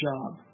job